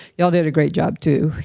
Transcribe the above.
y'all did a great job, too,